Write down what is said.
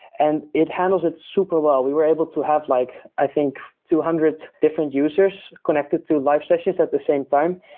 and it handles it super well. we were able to have like i think two hundred different users connected to live sessions at the same time.